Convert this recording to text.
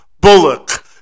Bullock